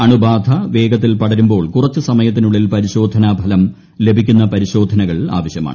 അണുബാധ വേഗത്തിൽ പടരുമ്പോൾ കുറച്ചു സമയത്തിനുളളിൽ പരിശോധനാഫലം ലഭിക്കുന്ന പരിശോധനകൾ ആവശ്യമാണ്